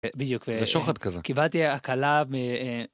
בדיוק זה שוחט כזה קיבלתי הקלה.